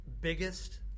biggest